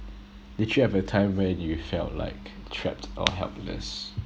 did you have a time when you felt like trapped or helpless